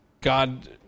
God